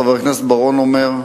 חבר הכנסת בר-און אומר,